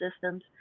systems